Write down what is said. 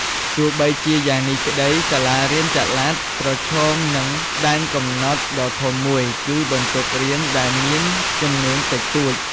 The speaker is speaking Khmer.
ទោះជាយ៉ាងនេះក្តី សាលារៀនចល័តប្រឈមនឹងដែនកំណត់ដ៏ធំមួយ គឺបន្ទប់រៀនដែលមានចំនួនតិចតួច។